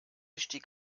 stieg